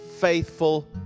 faithful